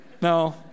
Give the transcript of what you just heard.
No